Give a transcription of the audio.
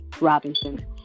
Robinson